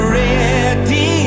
ready